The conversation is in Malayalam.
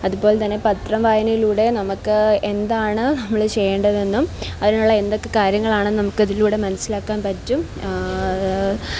അത്പോലെ തന്നെ പത്രം വായനയിലൂടെ നമുക്ക് എന്താണ് നമ്മൾ ചെയ്യേണ്ടതെന്നും അതിനുള്ള എന്തൊക്കെ കാര്യങ്ങളാണ് നമുക്കതിലൂടെ മനസ്സിലാക്കാൻ പറ്റും